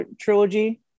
trilogy